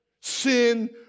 sin